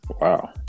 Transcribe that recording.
Wow